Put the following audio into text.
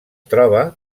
troba